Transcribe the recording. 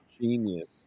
genius